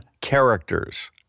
characters